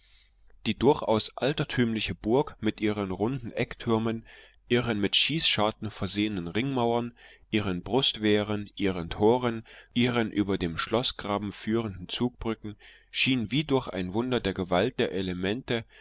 die durchaus altertümliche burg mit ihren runden ecktürmen ihren mit schießscharten versehenen ringmauern ihren brustwehren ihren toren ihren über dem schloßgraben führenden zugbrücken schien wie durch ein wunder der gewalt der elemente